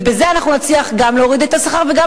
ובזה אנחנו נצליח גם להוריד את השכר וגם